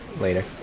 later